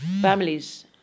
families